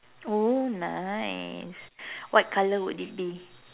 oh nice what color would it be